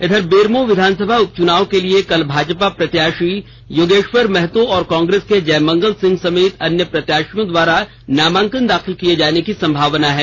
इधर बेरमो विधानसभा उपचुनाव के लिए कल भाजपा प्रत्याषी योगेष्वर महतो और कांग्रेस के जयमंगल सिंह समेत अन्य प्रत्याषियों द्वारा नामांकन दाखिल किये जाने की संभावना है